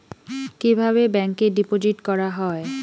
কিভাবে ব্যাংকে ডিপোজিট করা হয়?